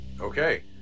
Okay